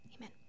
amen